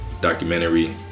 documentary